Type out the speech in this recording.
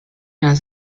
las